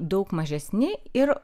daug mažesni ir